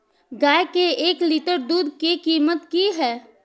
गाय के एक लीटर दूध के कीमत की हय?